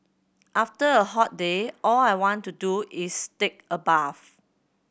after a hot day all I want to do is take a bath